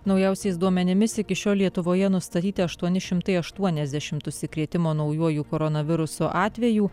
naujausiais duomenimis iki šiol lietuvoje nustatyti aštuoni šimtai aštuoniasdešimt užsikrėtimo naujuoju koronavirusu atvejų